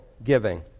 giving